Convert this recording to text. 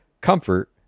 Comfort